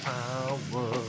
Power